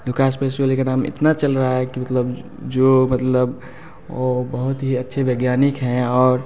Lucas पैसोलिक का नाम इतना चल रहा है कि मतलब जो मतलब वह बहुत ही अच्छे वैज्ञानिक हैं और